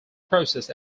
process